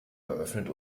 eröffnet